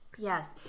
Yes